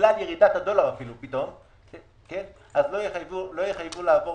ובגלל ירידת הדולר, אז לא יחייבו לעבור